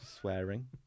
Swearing